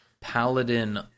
Paladin